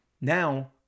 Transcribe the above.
now